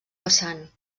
vessant